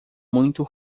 muito